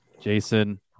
Jason